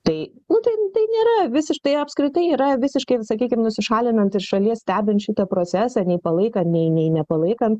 tai būtent tai nėra visiš tai apskritai yra visiškai sakykim nusišalinantis šalyje stebint šitą procesą nei palaikant nei nei nepalaikant